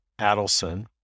Adelson